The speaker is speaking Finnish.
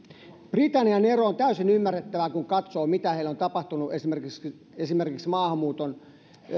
britannian ero on täysin ymmärrettävää kun katsoo mitä heille on tapahtunut esimerkiksi esimerkiksi maahanmuuton